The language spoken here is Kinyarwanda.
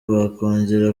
wakongera